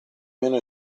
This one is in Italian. meno